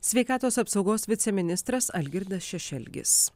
sveikatos apsaugos viceministras algirdas šešelgis